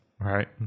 Right